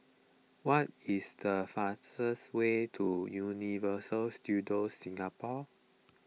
what is the fastest way to Universal Studios Singapore